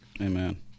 Amen